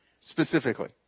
specifically